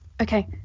Okay